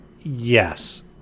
Yes